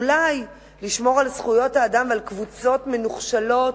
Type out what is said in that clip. אולי לשמור על זכויות האדם ועל קבוצות מנוחשלות,